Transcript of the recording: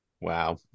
Wow